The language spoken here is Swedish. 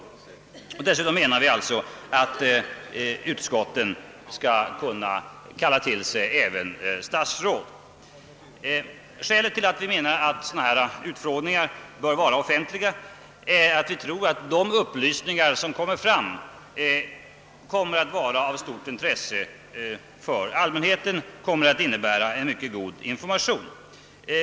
Dessutom skall utskotten kunna kalla till sig statsråd. Skälet till att vi anser att dessa utfrågningar bör vara offentliga är att vi tror att de upplysningar som kommer fram kommer att vara av stort intresse och för allmänheten innebära en mycket god information.